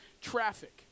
traffic